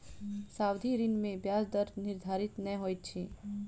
सावधि ऋण में ब्याज दर निर्धारित नै होइत अछि